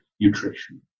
nutrition